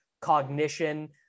cognition